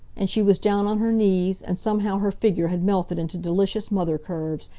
and she was down on her knees, and somehow her figure had melted into delicious mother-curves,